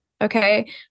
okay